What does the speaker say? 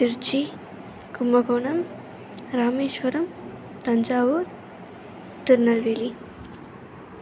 Trichy Kumbakonam Rameswaram Thanjavur Tirunelveli